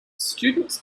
students